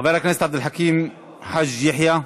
חבר הכנסת עבד אל חכים חאג' יחיא.